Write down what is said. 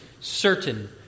certain